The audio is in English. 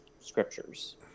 scriptures